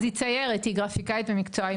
אז היא ציירת, היא גרפיקאית במקצועה,